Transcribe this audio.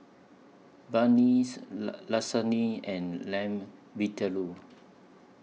Banh MI Lasagne and Lamb Vindaloo